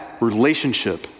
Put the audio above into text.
relationship